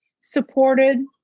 supported